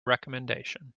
recomendation